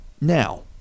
now